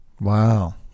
Wow